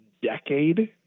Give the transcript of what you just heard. decade